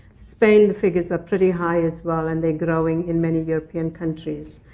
spain figures are pretty high as well. and they're growing in many european countries.